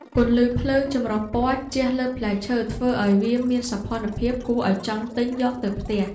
ពន្លឺភ្លើងចម្រុះពណ៌ជះលើផ្លែឈើធ្វើឱ្យវាមានសោភ័ណភាពគួរឱ្យចង់ទិញយកទៅផ្ទះ។